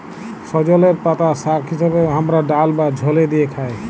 সজলের পাতা শাক হিসেবে হামরা ডাল বা ঝলে দিয়ে খাই